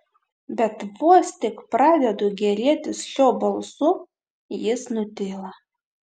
bet vos tik pradedu gėrėtis šiuo balsu jis nutyla